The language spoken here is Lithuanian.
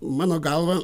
mano galva